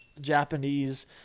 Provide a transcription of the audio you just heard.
Japanese